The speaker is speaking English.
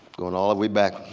going all the way back,